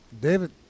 David